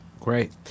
Great